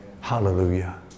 Hallelujah